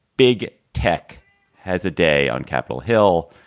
big tech has a day on capitol hill.